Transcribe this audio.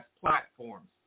platforms